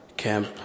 camp